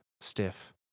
stiff